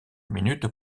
minutes